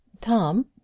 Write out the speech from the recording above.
Tom